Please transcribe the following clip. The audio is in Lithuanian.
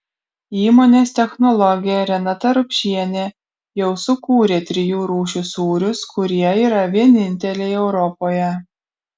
įmonės technologė renata rupšienė jau sukūrė trijų rūšių sūrius kurie yra vieninteliai europoje